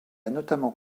notamment